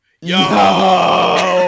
yo